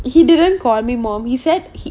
he didn't call me mom he said he